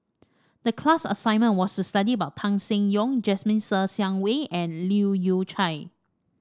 the class assignment was to study about Tan Seng Yong Jasmine Ser Xiang Wei and Leu Yew Chye